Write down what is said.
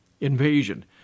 invasion